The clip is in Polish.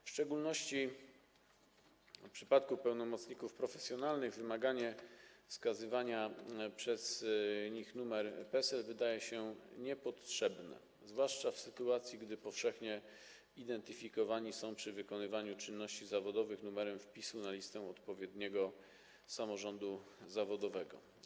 W szczególności w przypadku pełnomocników profesjonalnych wymaganie dotyczące wskazywania przez nich numeru PESEL wydaje się niepotrzebne, zwłaszcza w sytuacji gdy powszechnie identyfikowani są przy wykonywaniu czynności zawodowych poprzez numer wpisu na listę odpowiedniego samorządu zawodowego.